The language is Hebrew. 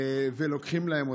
והיום לוקחים אותם,